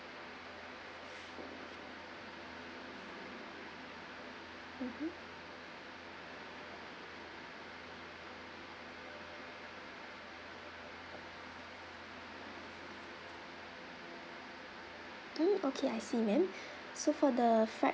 mmhmm mm okay I see ma'am so for the fried